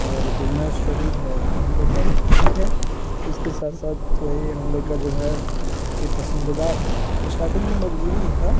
और business study है तो हम लोग का मजबूरी है उसके साथ साथ वही हम लोग का जो है के पसंदीदा स्टारटिंग में मजबूरी ही था